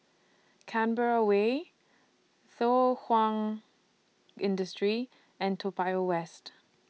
Canberra Way Thow Kwang Industry and Toa Payoh West